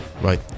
Right